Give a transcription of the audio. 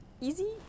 Easy